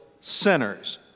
sinners